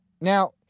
Now